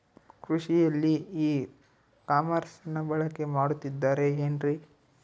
ಕೃಷಿಯಲ್ಲಿ ಇ ಕಾಮರ್ಸನ್ನ ಬಳಕೆ ಮಾಡುತ್ತಿದ್ದಾರೆ ಏನ್ರಿ?